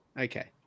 okay